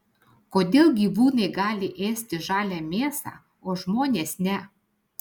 kodėl gyvūnai gali ėsti žalią mėsą o žmonės ne